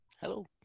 Hello